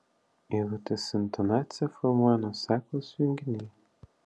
eilutės intonaciją formuoja nuoseklūs junginiai